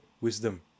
wisdom